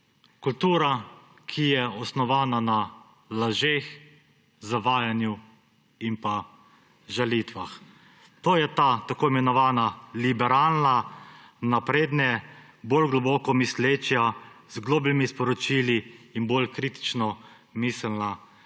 Kultura, ki je osnovana na lažeh, zavajanju in žalitvah, to je ta tako imenovana liberalna, napredna, bolj globoko misleča, z globljimi sporočili in bolj kritičnomiselna